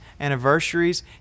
anniversaries